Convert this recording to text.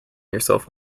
yourself